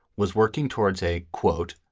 was working towards a, quote,